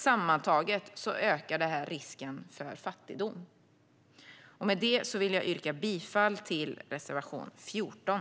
Sammantaget ökar detta risken för fattigdom Med detta vill jag yrka bifall till reservation 14.